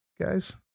guys